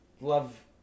Love